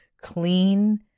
clean